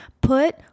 Put